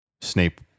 Snape